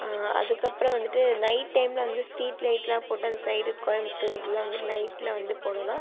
அதுக்கப்புறம் வந்துட்டு நைட் டைமில் வந்து ஸ்டீட் லைட்லாம் போட்டு அந்த சைடு கோயமுத்தூரில் வந்து நைட்டில் வந்து போனோம்னா